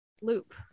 loop